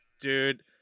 Dude